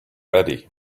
eddie